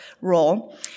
role